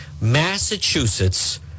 Massachusetts